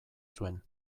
zuen